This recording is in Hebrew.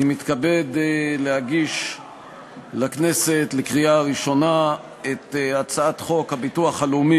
אני מתכבד להגיש לכנסת לקריאה ראשונה את הצעת חוק הביטוח הלאומי